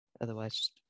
otherwise